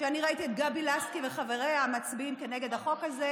כשאני ראיתי את גבי לסקי וחבריה מצביעים נגד החוק הזה,